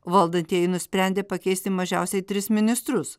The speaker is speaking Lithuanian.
valdantieji nusprendė pakeisti mažiausiai tris ministrus